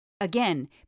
Again